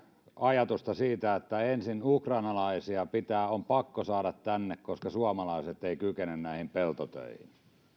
ajatusta siitä että ensin ukrainalaisia on pakko saada tänne koska suomalaiset eivät kykene näihin peltotöihin ja että